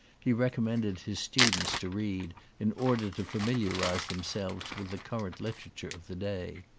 he recommended his students to read in order to familiarise themselves with the current literature of the day.